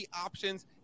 options